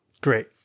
great